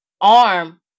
arm